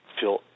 feel